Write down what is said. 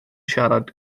siarad